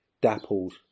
dappled